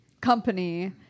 company